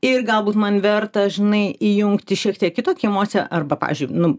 ir galbūt man verta žinai įjungti šiek tiek kitokią emociją arba pavyzdžiui nu